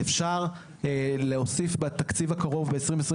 אפשר להוסיף בתקציב הקרוב ב-2023